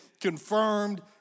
confirmed